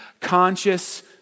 conscious